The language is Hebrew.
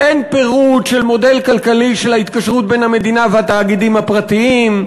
אין פירוט של מודל כלכלי של ההתקשרות בין המדינה והתאגידים הפרטיים.